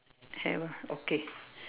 have ah okay